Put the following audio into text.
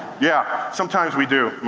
yeah, sometimes we do.